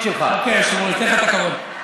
בסדר, היושב-ראש, אתן לך את הכבוד.